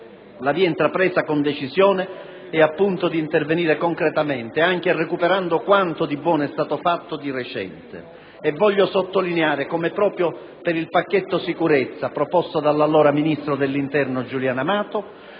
La via intrapresa con decisione è, appunto, quella di intervenire concretamente, anche recuperando quanto di buono è stato fatto di recente. Ed in proposito voglio sottolineare come, proprio per il pacchetto sicurezza proposto dall'allora ministro dell'interno Giuliano Amato,